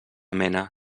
mena